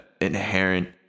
inherent